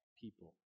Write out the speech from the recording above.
people